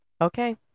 Okay